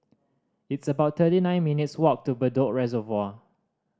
it's about thirty nine minutes' walk to Bedok Reservoir